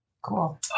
Cool